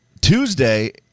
Tuesday